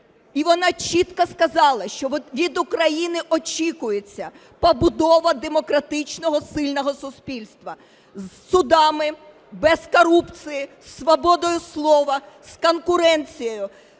І вона чітко сказала, що від України очікується побудова демократичного, сильного суспільства з судами, без корупції, з свободою слова, з конкуренцією